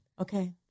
Okay